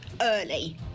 early